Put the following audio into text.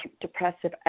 Depressive